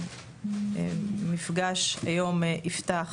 את המפגש היום אני רוצה שיפתח